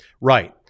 Right